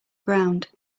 ground